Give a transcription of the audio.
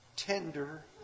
Tender